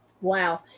Wow